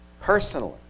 personally